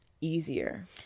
easier